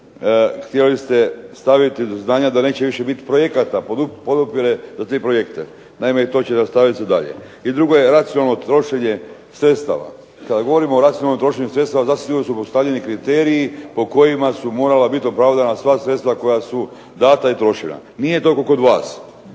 htjeli ste staviti do znanja da neće više biti projekata, potpore za te projekte. Naime, i to će nastaviti se dalje. I drugo je racionalno trošenje sredstava. Kada govorimo o racionalnom trošenju sredstava zasigurno su postavljeni kriteriji po kojima su morala biti opravdana sva sredstva koja su dana i trošena. Nije to kao kod vas.